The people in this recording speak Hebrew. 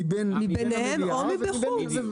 מבין המליאה או מחוץ למליאה.